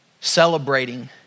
celebrating